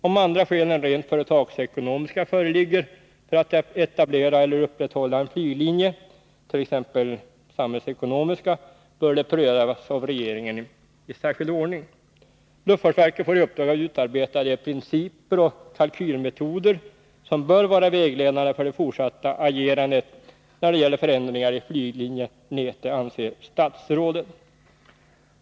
Om andra skäl än rent företagsekonomiska föreligger för att etablera eller upprätthålla en flyglinje, t.ex. samhällsekonomiska, bör det prövas av regeringen i särskild ordning. Luftfartsverket får i uppdrag att utarbeta de principer och kalkylmetoder som bör vara vägledande för det fortsatta agerandet när det gäller förändringar i flyglinjenätet, anser statsrådet.